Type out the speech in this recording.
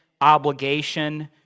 obligation